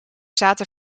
zaten